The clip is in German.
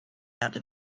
erde